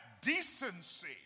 decency